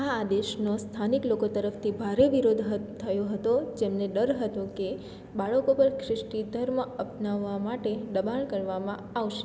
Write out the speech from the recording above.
આ આદેશનો સ્થાનિક લોકો તરફથી ભારે વિરોધ થયો હતો જેમને ડર હતો કે બાળકો પર ખ્રિસ્તી ધર્મ અપનાવવા માટે દબાણ કરવામાં આવશે